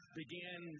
began